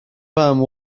fam